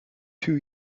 two